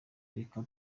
reka